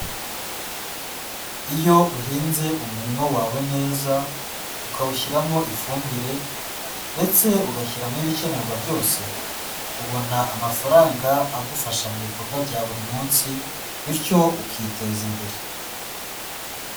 Iyo uhinze umurima wawe neza, ukawushyiramo ifumbire ndetse ugashyiramo ibikenerwa byose, ubona amafaranga agufasha mu bikorwa bya buri munsi bityo ukiteza imbere.